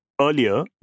Earlier